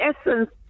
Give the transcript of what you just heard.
essence